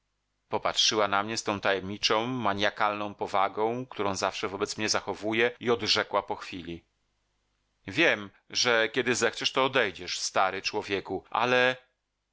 popatrzyła na mnie z tą tajemniczą manjakalną powagą którą zawsze wobec mnie zachowuje i odrzekła po chwili wiem że kiedy zechcesz to odejdziesz stary człowieku ale